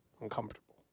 uncomfortable